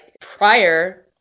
prior